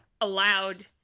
allowed